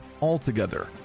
altogether